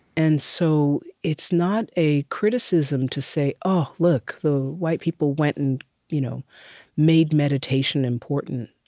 and so it's not a criticism to say, oh, look, the white people went and you know made meditation important,